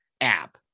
app